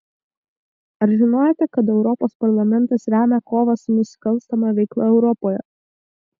ar žinojote kad europos parlamentas remia kovą su nusikalstama veikla europoje